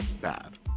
bad